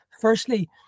Firstly